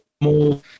more